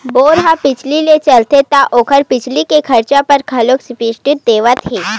bore ह बिजली ले चलथे त ओखर बिजली के खरचा बर घलोक सब्सिडी देवत हे